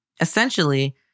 Essentially